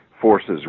forces